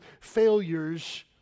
failures